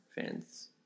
fans